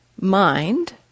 mind